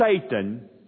Satan